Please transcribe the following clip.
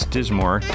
Dismore